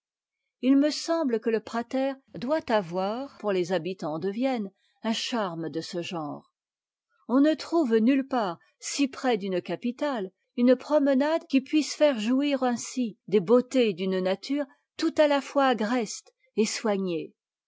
h me semble que le pra er doit avoir pour les habitants de vienne un charme de ce genre on ne trouve nulle part si près d'une capitale une promenade qui puisse faire jouir ainsi des beautés d'une nature tout à la fois agreste et soignée